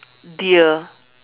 deer